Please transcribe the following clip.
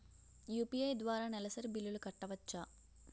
UPI ద్వారా నెలసరి బిల్లులు కట్టవచ్చా?